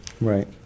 Right